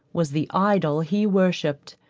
was the idol he worshipped,